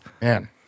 Man